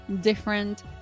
different